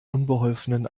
unbeholfenen